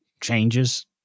changes